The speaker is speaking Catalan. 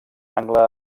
angle